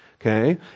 okay